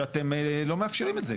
שאתם לא מאפשרים את זה.